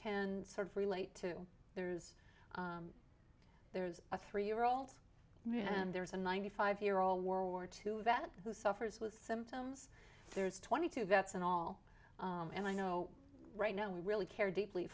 can sort of relate to there's there's a three year old and there's a ninety five year old world war two vet who suffers with symptoms there's twenty two vets in all and i know right now we really care deeply